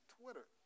Twitter